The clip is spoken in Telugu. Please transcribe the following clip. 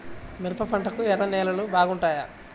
మిరప పంటకు ఎర్ర నేలలు బాగుంటాయా?